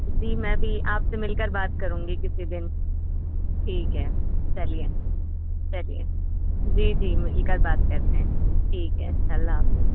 جی میں بھی آپ سے مل کر بات کروں گی کسی دن ٹھیک ہے چلیے چلیے جی جی مجھے کل بات کرتے ہیں ٹھیک ہے اللہ حافظ